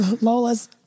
Lola's